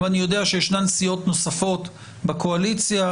אני יודע שיש סיעות נוספות בקואליציה,